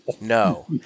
No